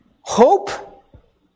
Hope